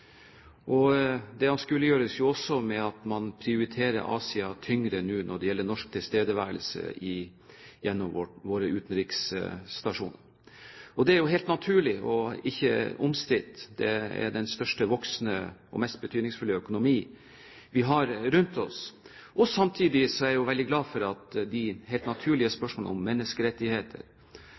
Det anskueliggjøres jo også ved at man nå prioriterer Asia tyngre når det gjelder norsk tilstedeværelse igjennom våre utenriksstasjoner. Det er helt naturlig og ikke omstridt. Det er den største voksende og mest betydningsfulle økonomi vi har rundt oss. Samtidig er jeg veldig glad for at de helt naturlige spørsmål om menneskerettigheter,